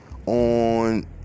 on